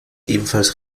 ebenfalls